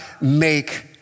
make